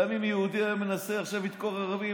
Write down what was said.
גם אם יהודי היה מנסה לדקור עכשיו ערבי,